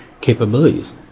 capabilities